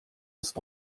ist